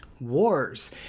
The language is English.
wars